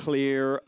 Clear